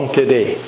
today